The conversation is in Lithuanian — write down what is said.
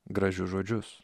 gražius žodžius